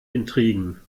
intrigen